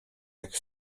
jak